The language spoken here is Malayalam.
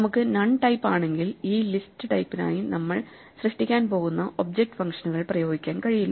നമുക്ക് നൺ ടൈപ്പ് ആണെങ്കിൽ ഈ ലിസ്റ്റ് ടൈപ്പിനായി നമ്മൾ സൃഷ്ടിക്കാൻ പോകുന്ന ഒബ്ജക്റ്റ് ഫംഗ്ഷനുകൾ പ്രയോഗിക്കാൻ കഴിയില്ല